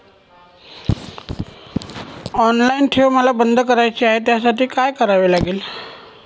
Online ठेव मला बंद करायची आहे, त्यासाठी काय करावे लागेल?